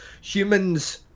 humans